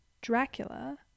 Dracula